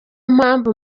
mpamvu